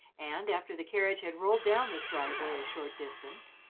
and after the carriage had rolled down this drive-way a short distance,